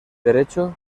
derecho